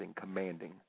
commanding